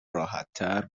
راحتتر